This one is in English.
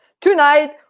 tonight